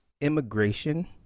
immigration